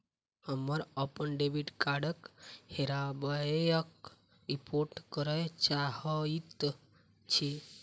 हम अप्पन डेबिट कार्डक हेराबयक रिपोर्ट करय चाहइत छि